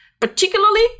particularly